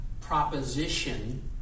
proposition